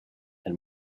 and